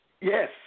Yes